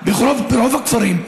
ברוב הכפרים,